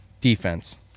defense